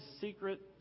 secret